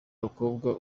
umukobwa